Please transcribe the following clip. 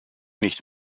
nicht